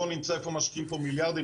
בוא נמצא איפה משקיעים פה מיליארדים,